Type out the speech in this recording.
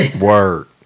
Word